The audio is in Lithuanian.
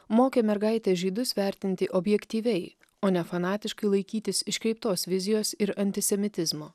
mokė mergaitę žydus vertinti objektyviai o ne fanatiškai laikytis iškreiptos vizijos ir antisemitizmo